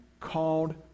called